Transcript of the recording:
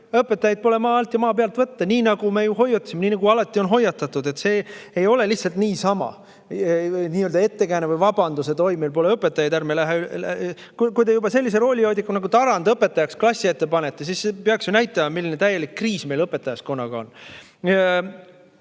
Õpetajaid pole ei maa alt ega maa pealt võtta, nii nagu me ju hoiatasime, nii nagu alati on hoiatatud. See ei ole lihtsalt niisama ettekääne või vabandus, et oi, meil pole õpetajaid, ärme läheme üle. Kuulge, kui te juba sellise roolijoodiku nagu Tarand õpetajaks klassi ette panete, siis see peaks ju näitama, milline täielik kriis meil õpetajaskonnaga on.